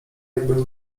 jakby